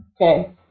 okay